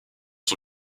son